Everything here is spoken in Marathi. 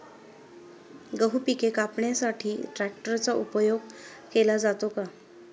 गहू पिके कापण्यासाठी ट्रॅक्टरचा उपयोग केला जातो का?